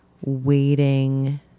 waiting